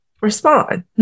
respond